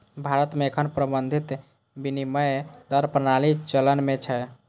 भारत मे एखन प्रबंधित विनिमय दर प्रणाली चलन मे छै